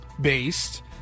based